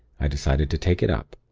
i decided to take it up.